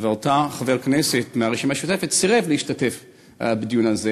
ואותו חבר כנסת מהרשימה המשותפת סירב להשתתף בדיון הזה